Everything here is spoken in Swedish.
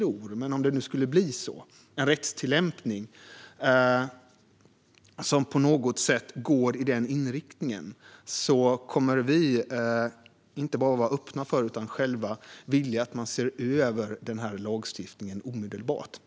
Om det nu skulle bli en rättstillämpning som på något sätt går i den riktningen, vilket jag inte tror, kommer vi inte bara att vara öppna för utan vilja att man ser över lagstiftningen omedelbart.